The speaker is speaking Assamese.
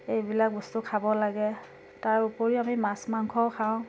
এইবিলাক বস্তু খাব লাগে তাৰ উপৰিও আমি মাছ মাংসও খাওঁ